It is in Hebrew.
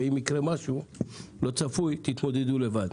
ואם יקרה משהו לא צפוי תתמודדו לבד.